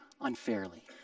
unfairly